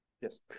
Yes